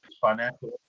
financial